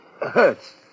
hurts